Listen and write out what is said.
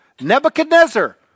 Nebuchadnezzar